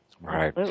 Right